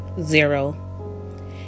zero